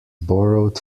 borrowed